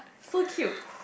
so cute